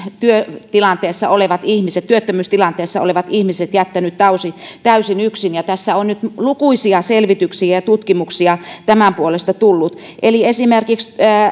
työtilanteessa olevat ihmiset työttömyystilanteessa olevat ihmiset jättänyt täysin täysin yksin tässä on nyt lukuisia selvityksiä ja ja tutkimuksia tämän puolesta tullut esimerkiksi